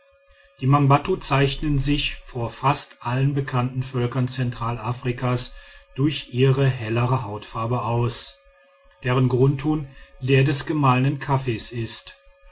die mangbattu zeichnen sich vor fast allen bekannten völkern zentralafrikas durch ihre hellere hautfarbe aus deren grundton der des gemahlenen kaffees ist